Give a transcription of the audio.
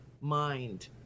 mind